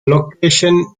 location